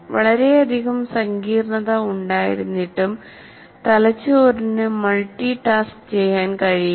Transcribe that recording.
വളരെയധികം സങ്കീർണ്ണത ഉണ്ടായിരുന്നിട്ടും തലച്ചോറിന് മൾട്ടി ടാസ്ക് ചെയ്യാൻ കഴിയില്ല